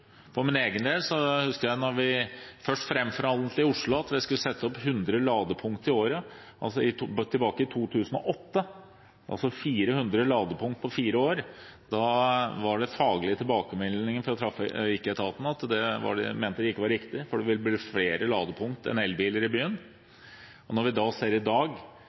For min egen del husker jeg da vi først framforhandlet i Oslo at vi skulle sette opp 100 ladepunkt i året – tilbake i 2008 – altså 400 ladepunkt på fire år. Da var de faglige tilbakemeldingene fra trafikketaten at de mente det ikke var riktig, for det ville bli flere ladepunkt enn elbiler i byen. Vi ser i dag, under ti år etter, at vi har 110 000 elbiler i